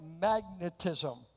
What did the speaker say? magnetism